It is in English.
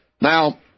Now